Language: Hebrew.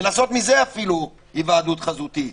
ולעשות מזה אפילו היוודעות חזותית,